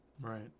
Right